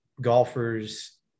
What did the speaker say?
golfers